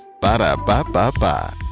Ba-da-ba-ba-ba